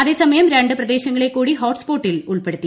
അതേസമയം രണ്ട് പ്രദേശങ്ങളെ കൂടി ഹോട്ട് സ്പോട്ടിൽ ഉൾപ്പെടുത്തി